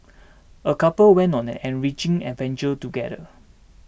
a couple went on an enriching adventure together